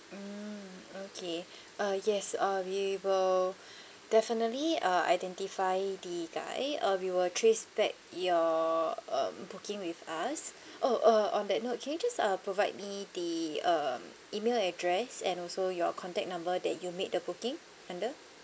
mm okay uh yes uh we will definitely uh identify the guy uh we will trace back your um booking with us oh uh on that note can you just uh provide me the um email address and also your contact number that you made the booking under